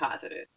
positive